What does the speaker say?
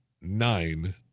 nine